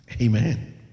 Amen